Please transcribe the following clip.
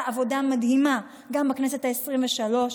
עבודה מדהימה גם בכנסת העשרים-ושלוש,